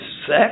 sex